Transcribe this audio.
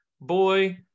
boy